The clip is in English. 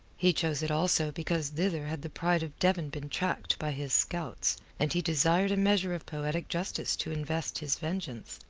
he chose it also because thither had the pride of devon been tracked by his scouts, and he desired a measure of poetic justice to invest his vengeance.